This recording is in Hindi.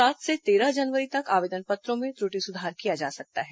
सात से तेरह जनवरी तक आवेदन पत्रों में त्रृटि सुधार किया जा सकता है